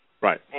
Right